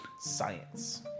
Science